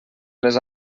les